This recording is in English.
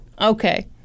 Okay